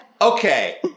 Okay